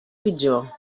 pitjor